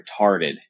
retarded